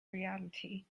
reality